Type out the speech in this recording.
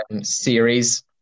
series